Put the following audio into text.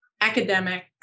academic